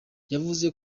yavuze